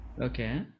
okay